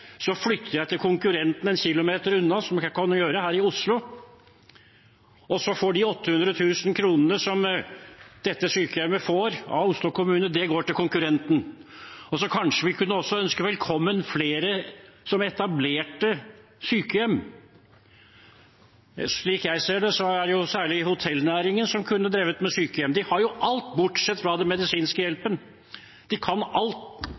så får de 800 000 kr som dette sykehjemmet får fra Oslo kommune, gå til konkurrenten. Kanskje kunne vi også ønske velkommen flere som etablerte sykehjem? Slik jeg ser det, kunne særlig hotellnæringen drevet med sykehjem. De har alt, bortsatt fra den medisinske hjelpen. De kan alt, bortsett fra den medisinske hjelpen, og de